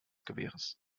gewehres